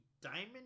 Diamond